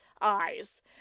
eyes